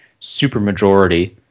supermajority